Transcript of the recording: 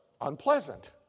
unpleasant